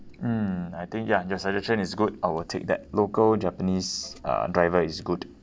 mm I think ya your suggestion is good I will take that local japanese uh driver is good